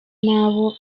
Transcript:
nabo